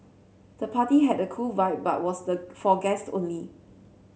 the party had a cool vibe but was the for guest only